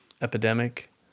epidemic